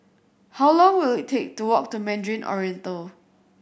how long will it take to walk to Mandarin Oriental